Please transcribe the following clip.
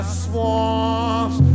swamps